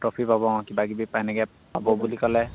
trophy পাব কিবা কিবি এনেকে পাব বুলি ক'লে